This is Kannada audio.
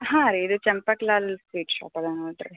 ಹಾಂ ರೀ ಇದು ಚಂಪಕ್ಲಾಲ್ ಬೇಕ್ ಶಾಪ್ ಅದ ನೋಡಿರಿ